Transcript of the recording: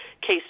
case